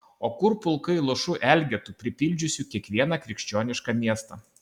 o kur pulkai luošų elgetų pripildžiusių kiekvieną krikščionišką miestą